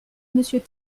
monsieur